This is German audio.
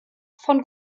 von